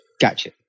Gotcha